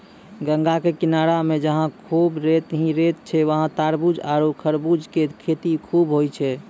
गंगा के किनारा मॅ जहां खूब रेत हीं रेत छै वहाँ तारबूज आरो खरबूजा के खेती खूब होय छै